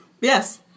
yes